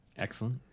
Excellent